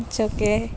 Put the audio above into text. جو کہ